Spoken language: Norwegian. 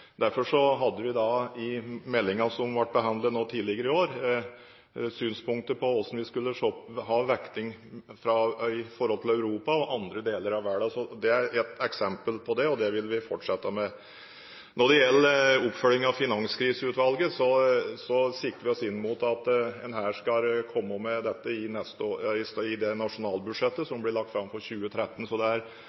Derfor hadde vi i meldingen som ble behandlet tidligere i år, synspunkter på hvordan vi skulle ha vekting i forhold til Europa og andre deler av verden. Så dette er ett eksempel på det, og det vil vi fortsette med. Når det gjelder oppfølging av Finanskriseutvalget, så sikter vi inn mot å komme med dette i det nasjonalbudsjettet som blir lagt fram for 2013.